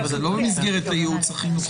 אלא אם כן היא עובדת סוציאלית או פסיכולוגית.